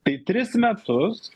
tai tris metus